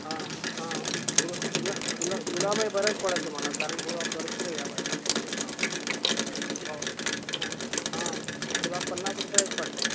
हा हा गुलाब गुलाब गुलाब गुलाबही बरंच पडेल तुम्हाला कारण गुलाब भरपूर यावं हा हो ह गुलाब पन्नास रुपयाचं पडतं आहे